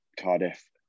Cardiff